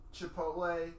Chipotle-